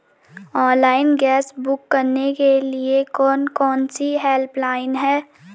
Online gas book करने के लिए कौन कौनसी हेल्पलाइन हैं?